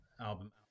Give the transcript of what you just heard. album